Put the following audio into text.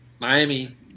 miami